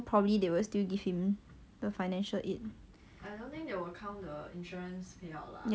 charlotte also tell me she apply financial aid I think she got it